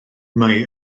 mae